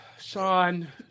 Sean